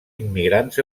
immigrants